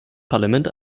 parlament